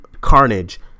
carnage